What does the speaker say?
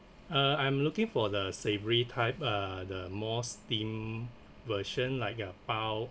uh I'm looking for the savory type uh the more steam version like a bao